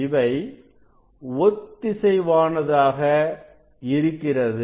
இவை ஒத்திசைவானதாக இருக்கிறது